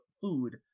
food